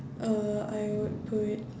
uh I would put